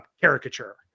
caricature